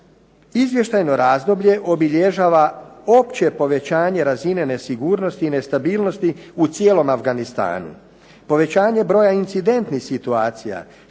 Izvještajno razdoblje obilježava opće povećanje razine nesigurnosti i nestabilnosti u cijelom Afganistanu. Povećanje broja incidentnih situacija